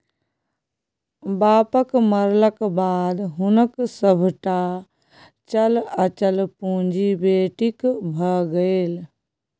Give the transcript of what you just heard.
बापक मरलाक बाद हुनक सभटा चल अचल पुंजी बेटीक भए गेल